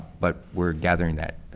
but we're gathering that.